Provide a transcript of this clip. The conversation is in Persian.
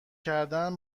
کردن